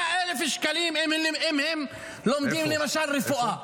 80,000, 100,000 שקלים אם הם לומדים למשל רפואה.